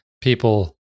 people